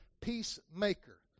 peacemaker